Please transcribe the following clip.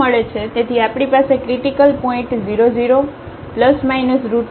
તેથી આપણી પાસે ક્રિટીકલ પોઇન્ટ 00200±2 છે